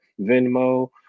Venmo